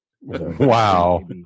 Wow